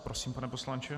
Prosím, pane poslanče.